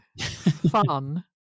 fun